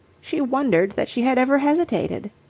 she wondered that she had ever hesitated.